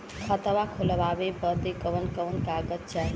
खाता खोलवावे बादे कवन कवन कागज चाही?